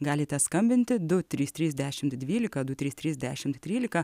galite skambinti du trys trys dešimt dvylika du trys trys dešimt trylika